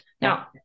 Now